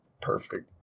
Perfect